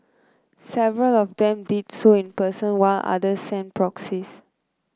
several of them did so in person while others sent proxies